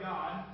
God